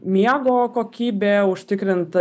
miego kokybė užtikrinta